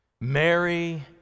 Mary